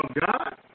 God